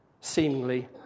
seemingly